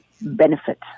benefit